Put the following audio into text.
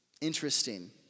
interesting